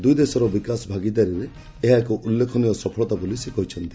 ଦୂଇ ଦେଶର ବିକାଶ ଭାଗିଦାରୀରେ ଏହା ଏକ ଉଲ୍ଲେଖନୀୟ ସଫଳତା ବୋଲି ସେ କହିଚ୍ଛନ୍ତି